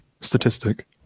statistic